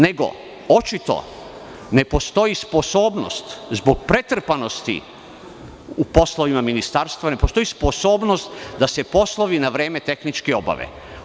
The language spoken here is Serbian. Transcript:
Nego, očito ne postoji sposobnost zbog pretrpanosti u poslovima ministarstva, ne postoji sposobnost da se poslovi na vreme tehnički obave.